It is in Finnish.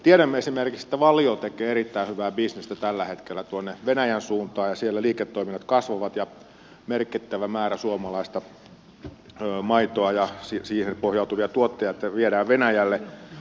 tiedämme esimerkiksi että valio tekee erittäin hyvää bisnestä tällä hetkellä venäjän suuntaan ja siellä liiketoiminnat kasvavat ja merkittävä määrä suomalaista maitoa ja siihen pohjautuvia tuotteita viedään venäjälle